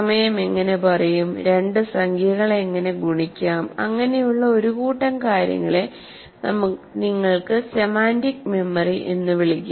സമയം എങ്ങനെ പറയും രണ്ട് സംഖ്യകളെ എങ്ങനെ ഗുണിക്കാംഅങ്ങിനെയുള്ള ഒരു കൂട്ടം കാര്യങ്ങളെ നിങ്ങൾക്ക് സെമാന്റിക് മെമ്മറി എന്ന് വിളിക്കാം